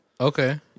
Okay